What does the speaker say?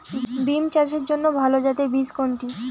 বিম চাষের জন্য ভালো জাতের বীজ কোনটি?